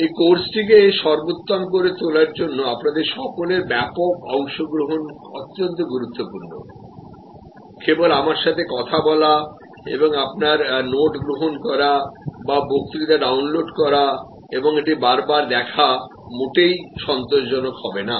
এই কোর্সটিকে সর্বোত্তম করে তোলার জন্য আপনাদের সকলের ব্যাপক অংশগ্রহণ অত্যন্ত গুরুত্বপূর্ণ কেবল আমার সাথে কথা বলা এবং আপনার নোট গ্রহণ করা বা বক্তৃতা ডাউনলোড করা এবং এটি বার বার দেখা মোটেই সন্তোষজনক হবে না